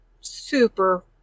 Super